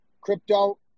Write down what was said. crypto